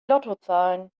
lottozahlen